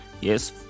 yes